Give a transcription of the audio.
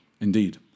Indeed